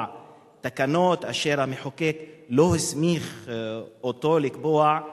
תקנות אשר המחוקק לא הסמיך אותו לקבוע,